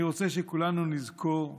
אני רוצה שכולנו נזכור,